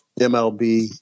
MLB